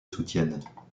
soutiennent